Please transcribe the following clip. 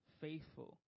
faithful